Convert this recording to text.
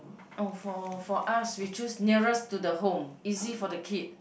oh for for us we choose nearest to the home easy for the kid